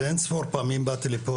ואין-ספור פעמים באתי לפה,